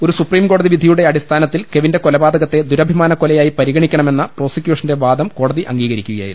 ഒരു സുപ്രീംകോടതി വിധി യുടെ അടിസ്ഥാനത്തിൽ കെവിന്റെ കൊലപാതകത്തെ ദുരഭി മാന കൊലയായി പരിഗണിക്കണമെന്ന പ്രോസിക്യൂഷന്റെ വാദം കോടതി അംഗീകരിക്കുകയായിരുന്നു